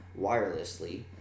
wirelessly